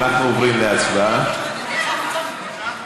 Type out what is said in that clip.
כשאתה צעקת אני לא הוצאתי מילה,